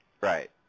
Right